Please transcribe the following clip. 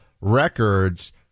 records